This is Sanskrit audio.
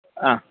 हा